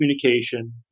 communication